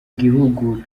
gihugu